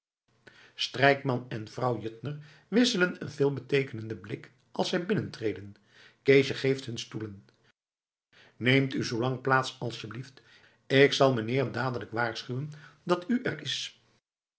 strijkman en vrouw juttner wisselen een veelbeteekenenden blik als zij binnentreden keesje geeft hun stoelen neemt u zoolang plaats asjeblieft ik zal mijnheer dadelijk waarschuwen dat u er is